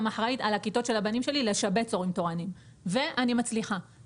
גם אחראית על הכיתות של הבנים שלי לשבץ הורים תורנים ואני מצליחה,